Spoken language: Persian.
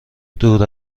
دور